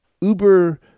Uber